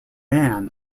man